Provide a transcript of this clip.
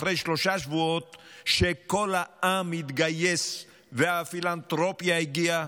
אחרי שלושה שבועות שכל העם התגייס והפילנתרופיה הגיעה,